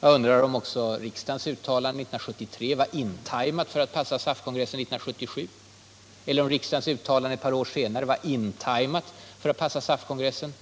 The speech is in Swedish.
Jag undrar om också riksdagens uttalande 1973 var in-tajmat för att passa SAF-kongressen eller om riksdagens uttalande ett par år senare var in-tajmat för att passa SAF-kongressen.